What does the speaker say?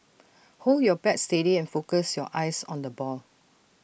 hold your bat steady and focus your eyes on the ball